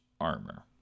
armor